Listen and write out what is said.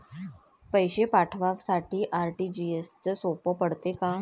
पैसे पाठवासाठी आर.टी.जी.एसचं सोप पडते का?